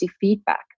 feedback